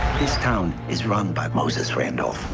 this town is run by moses randolph.